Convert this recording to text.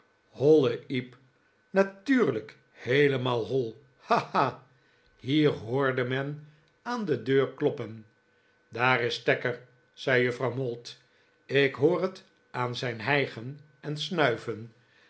hollen iep natuurlijk heelemaal hoi ha ha hier hoorde men aan de deur kloppen daar is tacker zei juffrouw mould ik hoor het aan zijn hijgen en snuiven